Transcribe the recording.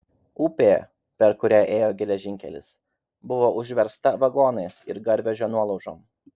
upė per kurią ėjo geležinkelis buvo užversta vagonais ir garvežio nuolaužom